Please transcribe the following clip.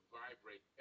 vibrate